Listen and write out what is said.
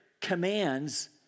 commands